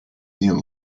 neon